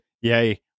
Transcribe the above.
Yay